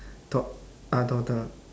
tod~ ah toddler